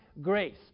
grace